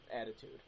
attitude